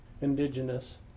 indigenous